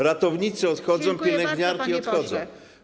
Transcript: Ratownicy odchodzą, pielęgniarki odchodzą.